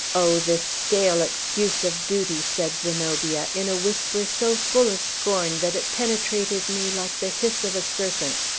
oh, this stale excuse of duty! said zenobia, in a whisper so full of scorn that it penetrated me like the hiss of a serpent.